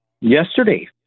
yesterday